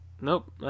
Nope